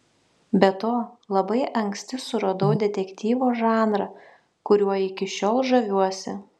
be to labai anksti suradau detektyvo žanrą kuriuo iki šiol žaviuosi